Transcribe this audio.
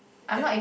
at